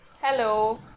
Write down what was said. Hello